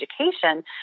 education